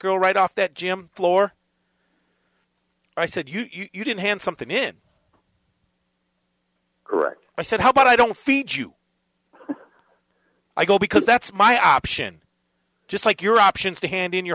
girl right off that gym floor i said you didn't hand something in correct i said how about i don't feed you i go because that's my option just like your options to hand in your